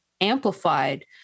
amplified